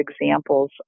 examples